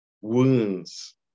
wounds